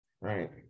Right